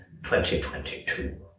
2022